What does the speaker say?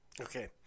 Okay